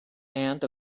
and